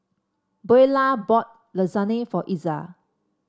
Buelah bought Lasagne for Iza